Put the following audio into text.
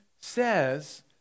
says